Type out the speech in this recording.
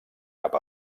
cap